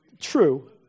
true